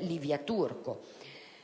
Livia Turco.